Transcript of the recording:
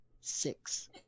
Six